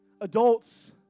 Adults